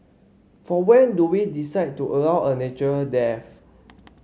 for when do we decide to allow a natural death